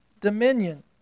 dominion